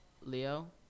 Leo